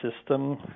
system